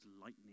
lightning